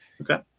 Okay